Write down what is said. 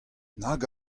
nag